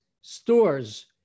stores